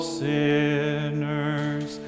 sinners